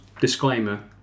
Disclaimer